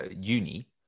uni